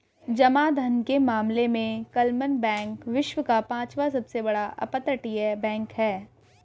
जमा धन के मामले में क्लमन बैंक विश्व का पांचवा सबसे बड़ा अपतटीय बैंक है